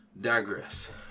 digress